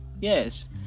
Yes